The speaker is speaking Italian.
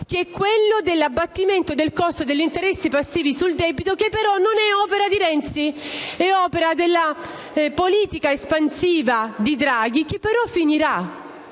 cioè sull'abbattimento del costo degli interessi passivi sul debito, che però non è opera di Renzi, ma della politica espansiva di Draghi, che però finirà.